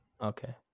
Okay